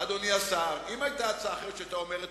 אדוני השר, אם היתה הצעה אחרת שהיתה אומרת,